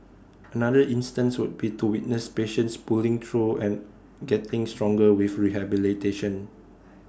another instance would be to witness patients pulling through and getting stronger with rehabilitation